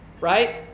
right